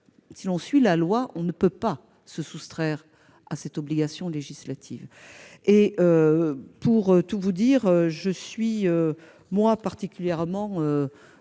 avez citée : on ne peut pas se soustraire à cette obligation législative. Pour tout vous dire, je suis particulièrement